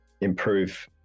improve